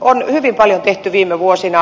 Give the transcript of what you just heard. on hyvin paljon tehty viime vuosina